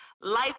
Life